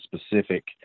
specific